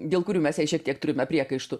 dėl kurių mes jai šiek tiek turime priekaištų